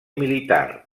militar